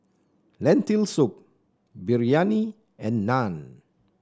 Lentil Soup Biryani and Naan